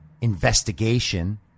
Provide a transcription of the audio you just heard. investigation